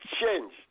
change